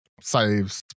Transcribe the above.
saves